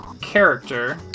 character